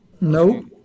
No